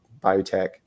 biotech